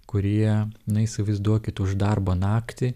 kurie na įsivaizduokit už darbo naktį